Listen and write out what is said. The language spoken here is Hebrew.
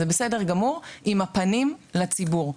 זה בסדר גמור, עם הפנים לציבור.